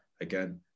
again